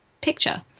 picture